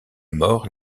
mort